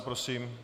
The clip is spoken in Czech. Prosím.